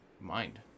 mind